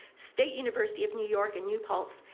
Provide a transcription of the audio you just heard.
state university of new york, and new paltz,